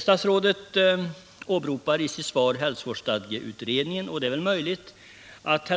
Statsrådet åberopade i sitt svar hälsovårdsstadgeutredningen, och det är väl möjligt att